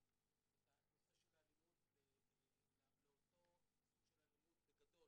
גם ברמות השלטוניות וגם ברמות הכלליות של ההתנהלות שלנו,